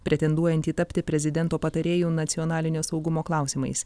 pretenduojantį tapti prezidento patarėju nacionalinio saugumo klausimais